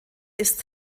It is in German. ist